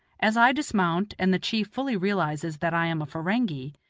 as i dismount, and the chief fully realizes that i am a ferenghi,